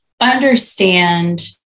understand